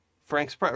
Frank's